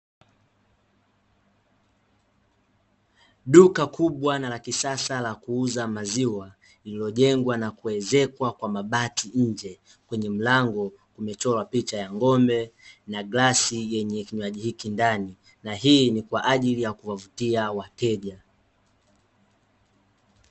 Duka kubwa na la kisasa la kuuza maziwa, lililojengwa na kuezekwa kwa mabati nje. Kwenye mlango kumechorwa picha ya ng'ombe na glasi yenye kinywaji hiki ndani. Na hii ni kwa ajili ya kuwavutia wateja.